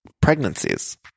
Pregnancies